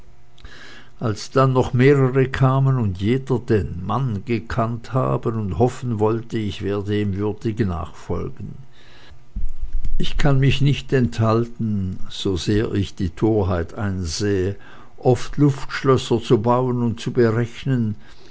als dann noch mehrere kamen und jeder den mann gekannt haben und hoffen wollte ich werde ihm würdig nachfolgen ich kann mich nicht enthalten sosehr ich die torheit einsehe oft luftschlösser zu bauen und zu berechnen